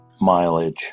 Mileage